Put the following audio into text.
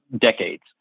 decades